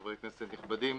חברי כנסת נכבדים,